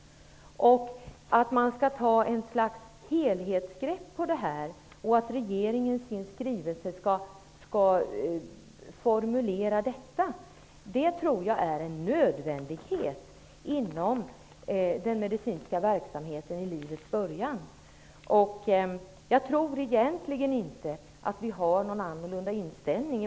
Man måste ta ett helhetsgrepp, och regeringen måste formulera detta i sin skrivning. Det är nödvändigt för den medicinska verksamheten vid livets början. Jag tror egentligen inte att vi har en annorlunda inställning.